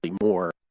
more